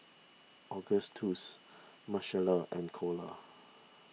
Augustus Marcella and Kole